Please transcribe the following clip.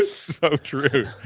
so true.